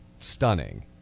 Stunning